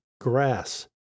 grass